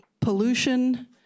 pollution